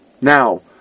Now